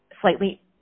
slightly